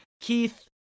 Keith